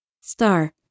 star